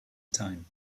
time